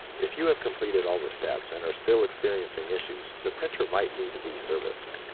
if you have completed all the steps and are still experiencing issues, the printer might need to be serviced.